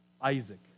Isaac